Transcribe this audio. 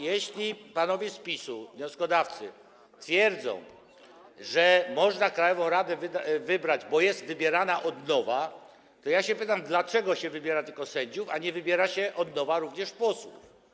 Jeśli panowie z PiS-u, wnioskodawcy, twierdzą, że można krajową radę wybrać, bo jest wybierana od nowa, to ja pytam, dlaczego wybiera się tylko sędziów, a nie wybiera się od nowa również posłów.